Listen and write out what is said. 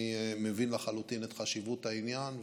אני מבין לחלוטין את חשיבות העניין,